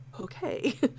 okay